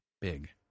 big